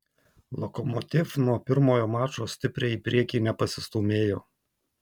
lokomotiv nuo pirmojo mačo stipriai į priekį nepasistūmėjo